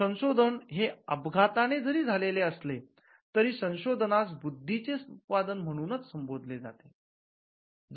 संशोधन हे अपघाताने जरी झालेले असले तरी संशोधनास बुद्धी चे उत्पादन म्हणूनच संबोधले जाते